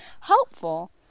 helpful